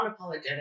unapologetic